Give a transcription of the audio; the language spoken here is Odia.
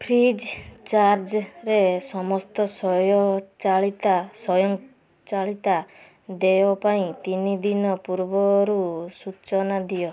ଫ୍ରିଜ୍ ଚାର୍ଜ୍ରେ ସମସ୍ତ ସ୍ୱୟଂଚାଳିତ ସ୍ୱୟଂଚାଳିତ ଦେୟ ପାଇଁ ତିନ ଦିନ ପୂର୍ବରୁ ସୂଚନା ଦିଅ